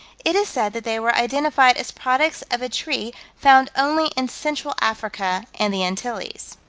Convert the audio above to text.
it is said that they were identified as products of a tree found only in central africa and the antilles.